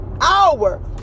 hour